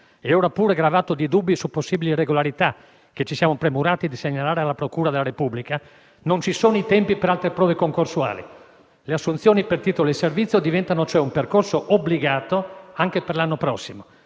e ora pure gravato da dubbi su possibili irregolarità che ci siamo premurati di segnalare alla Procura della Repubblica, non ci sono i tempi per altre prove concorsuali. Le assunzioni per titoli e servizi diventano, cioè, un percorso obbligato anche per l'anno prossimo,